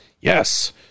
yes